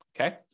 okay